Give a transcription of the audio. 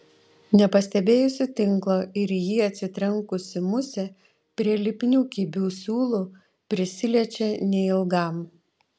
nepastebėjusi tinklo ir į jį atsitrenkusi musė prie lipnių kibių siūlų prisiliečia neilgam